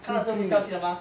看了这部消息了吗